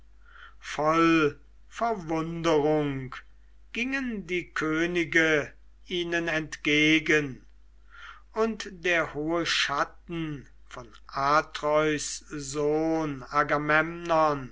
voll verwunderung gingen die könige ihnen entge gen und der hohe schatten von atreus sohn